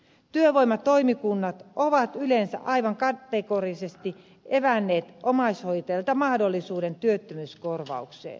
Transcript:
työvoimatoimikunnat ovat yleensä aivan kategorisesti evänneet omaishoitajilta mahdollisuuden työttömyyskorvaukseen